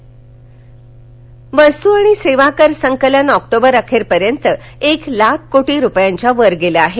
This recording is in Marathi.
जीएसटी वस्तू आणि सेवा कर संकलन ऑक्टोबर अखेरपर्यंत एक लाख कोटी रुपयांच्या वर गेलं आहे